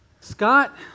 Scott